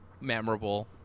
Memorable